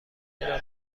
چرا